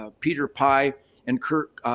ah peter pie and kirk,